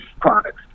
products